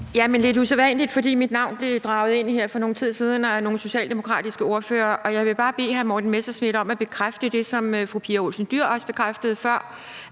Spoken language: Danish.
lidt usædvanligt, men mit navn blevet draget ind i debatten her for nogen tid siden af nogle socialdemokratiske ordførere, og jeg vil bare bede hr. Morten Messerschmidt om at bekræfte det, som fru Pia Olsen Dyhr også bekræftede før,